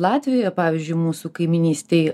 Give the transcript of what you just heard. latvijoje pavyzdžiui mūsų kaimynystėj